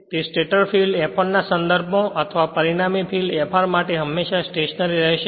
તે stator field F1 ના સંદર્ભમાં અથવા પરિણામી ફિલ્ડ Fr માટે હમેશા સ્ટેશનરી રહેશે